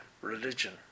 religion